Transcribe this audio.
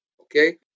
okay